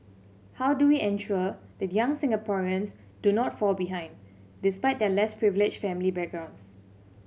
how do we ensure that young Singaporeans do not fall behind despite their less privileged family backgrounds